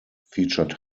featured